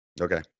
okay